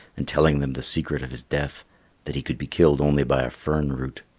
and telling them the secret of his death that he could be killed only by a fern root.